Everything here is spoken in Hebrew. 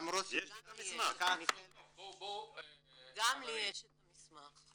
גם לי יש את המסמך.